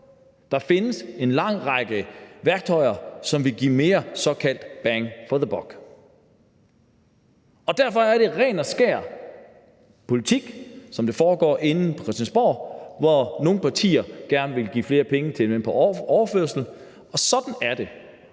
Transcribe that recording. Der findes en lang række værktøjer, som ville give mere såkaldt bang for the buck. Derfor er det, som foregår inde på Christiansborg, ren og skær politik, hvor nogle partier gerne vil give flere penge til dem på overførselsindkomst, og sådan er det.